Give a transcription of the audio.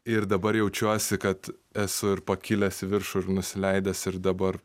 ir dabar jaučiuosi kad esu ir pakilęs į viršų ir nusileidęs ir dabar